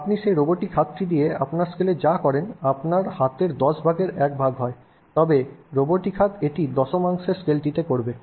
আপনি সেই রোবোটিক হাতটি দিয়ে আপনার স্কেলে যা করেন তা আপনার হাতের দশ ভাগের এক ভাগ হয় তবে রোবোটিক হাত এটি দশমাংশের স্কেলটিতে করবে